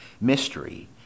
Mystery